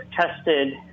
tested